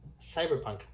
Cyberpunk